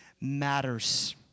matters